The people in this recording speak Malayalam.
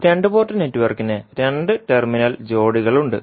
രണ്ട് പോർട്ട് നെറ്റ്വർക്കിന് രണ്ട് ടെർമിനൽ ജോഡികളുണ്ട്